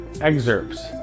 excerpts